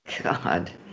God